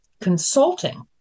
consulting